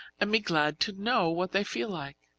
and be glad to know what they feel like.